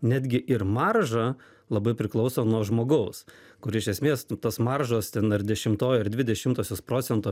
netgi ir marža labai priklauso nuo žmogaus kur iš esmės maržos ten ar dešimtoj ar dvi dešimtosios procento